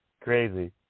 crazy